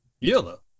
Yellow